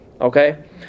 Okay